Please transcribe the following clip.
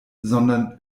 sondern